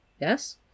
Yes